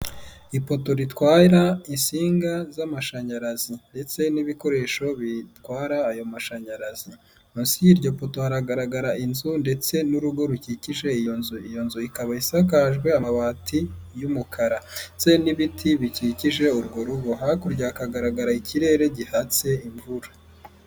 Ipoto ritwara insinga z'amashanyarazi ndetse n'ibikoresho bitwara ayo mashanyarazi, munsi y'iryo poto haragaragara inzu ndetse n'urugo rukikije iyo nzu, iyo nzu ikaba isakajwe amabati y'umukara ndetse n'ibiti bikikije urwo rugo, hakurya hakagaragara ikirere gihatse imvura.